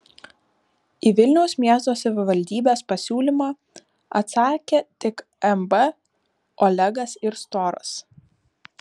į vilniaus miesto savivaldybės pasiūlymą atsakė tik mb olegas ir storas